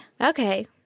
Okay